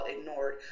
ignored